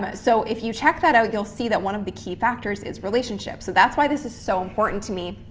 but so, if you check that out, you'll see that one of the key factors is relationships. so that's why this is so important to me.